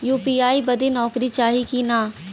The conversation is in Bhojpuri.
यू.पी.आई बदे नौकरी चाही की ना?